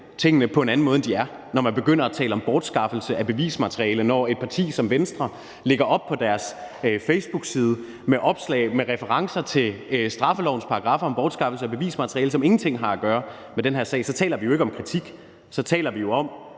tingene på en anden måde, end de er på – når man begynder at tale om bortskaffelse af bevismateriale, når et parti som Venstre lægger opslag op på deres facebookside med referencer til straffelovens paragraf om bortskaffelse af bevismateriale, som ingenting har at gøre med den her sag, så taler vi jo ikke om kritik – så taler vi jo om